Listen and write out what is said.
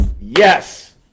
Yes